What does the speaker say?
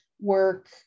work